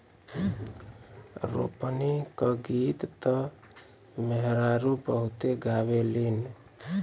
रोपनी क गीत त मेहरारू बहुते गावेलीन